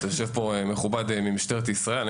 יושב פה מכובד ממשטרת ישראל,